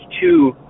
two